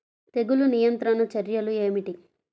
తెగులు నియంత్రణ చర్యలు ఏమిటి?